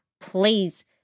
please